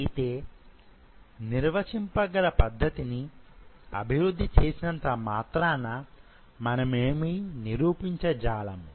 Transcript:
అయితే నిర్వచింపగల పధ్ధతిని అభివృద్ధి చేసినంత మాత్రాన మనమేమీ నిరుపించజాలము